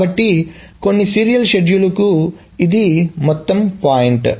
కాబట్టి కొన్ని సీరియల్ షెడ్యూల్కు ఇది మొత్తం పాయింట్